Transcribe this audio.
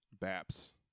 Baps